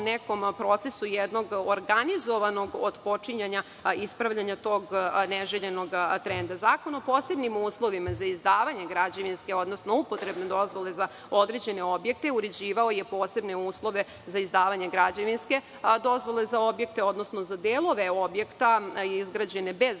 nekom procesu jednog organizovanog otpočinjanja ispravljanja tog neželjenog trenda. Zakon o posebnim uslovima za izdavanje građevinske odnosno upotrebne dozvole za određene objekte uređivao je posebne uslove za izdavanje građevinske dozvole za objekte odnosno za delove objekta izgrađene bez